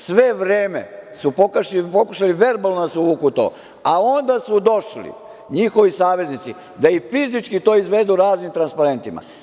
Sve vreme su pokušali verbalno da nas uvuku u to, a onda su došli njihovi saveznici da i fizički to izvedu raznim transparentima.